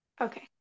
okay